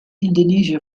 indonesia